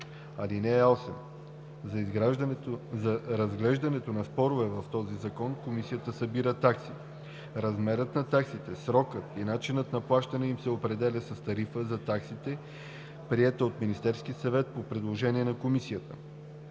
(8) За разглеждането на спорове по този закон Комисията събира такси. Размерът на таксите, сроковете и начинът на плащането им се определят с тарифа за таксите, приета от Министерския съвет по предложение на Комисията.